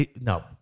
No